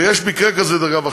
ויש מקרה כזה, דרך אגב.